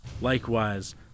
Likewise